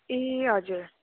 ए हजुर